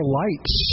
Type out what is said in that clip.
lights